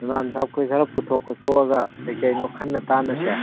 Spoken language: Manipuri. ꯏꯃꯥꯝ ꯁꯥꯕ ꯈꯣꯏ ꯈꯔ ꯄꯨꯊꯣꯛ ꯈꯣꯇꯣꯛꯑꯒ ꯀꯩ ꯀꯩꯅꯣ ꯈꯟꯅ ꯇꯥꯅꯁꯦ